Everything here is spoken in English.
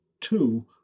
two